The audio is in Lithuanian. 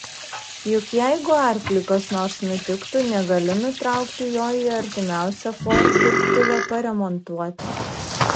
juk jeigu arkliui kas nors nutiktų negali nutraukti jo į artimiausią ford dirbtuvę paremontuoti